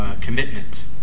commitment